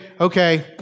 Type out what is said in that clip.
okay